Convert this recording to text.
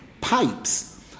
pipes